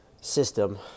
system